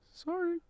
Sorry